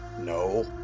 No